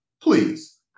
please